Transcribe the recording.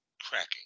cracking